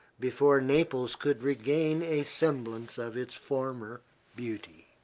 before naples could regain a semblance of its former beauty.